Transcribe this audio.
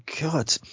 God